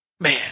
man